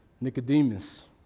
Nicodemus